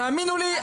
תאמינו לי,